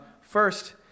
First